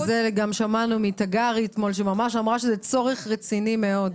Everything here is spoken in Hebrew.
שזה גם שמענו מתגרי אתמול שממש אמרה שזה צורך רציני מאוד.